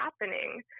happening